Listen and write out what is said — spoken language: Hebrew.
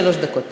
שלוש דקות.